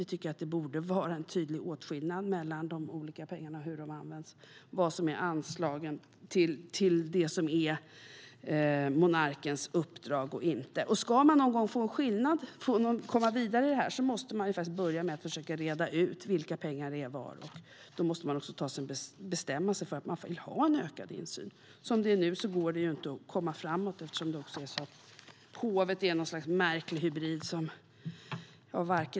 Vi tycker att det borde vara en tydlig åtskillnad mellan de olika pengarna och hur de används, vad som är anslagen till det som är monarkens uppdrag och inte. Ska man någon gång få en skillnad och komma vidare i det här måste man börja med att försöka reda ut vilka pengar som finns var, och då måste man också bestämma sig för att man vill ha en ökad insyn. Som det är nu går det inte att komma framåt eftersom hovet är något slags märklig hybrid.